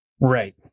Right